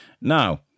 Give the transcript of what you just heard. Now